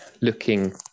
looking